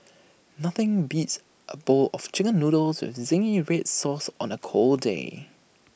nothing beats A bowl of Chicken Noodles with Zingy Red Sauce on A cold day